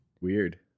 Weird